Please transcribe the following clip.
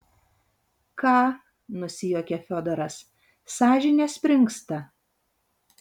ką nusijuokė fiodoras sąžinė springsta